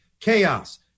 Chaos